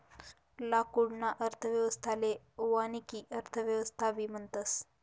लाकूडना अर्थव्यवस्थाले वानिकी अर्थव्यवस्थाबी म्हणतस